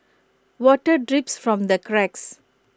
water drips from the cracks